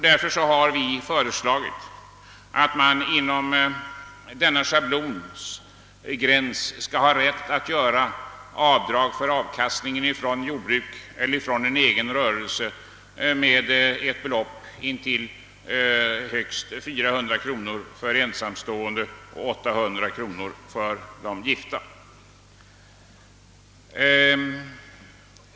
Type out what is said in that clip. Därför har vi också föreslagit att man skall ha rätt att göra avdrag för avkastningen från jordbruk eller egen rörelse med ett belopp intill högst 400 kronor för ensamstående och 800 kronor för äkta makar.